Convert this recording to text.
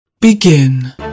Begin